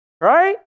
right